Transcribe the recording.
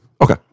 Okay